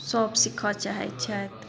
सभ सीखऽ चाहय छथि